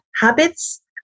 habits